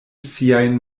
siajn